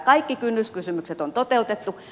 kaikki kynnyskysymykset on toteutettu